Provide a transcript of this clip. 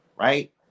right